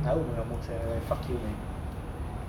I would mengamok sia like fuck you man